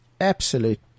absolute